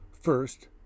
First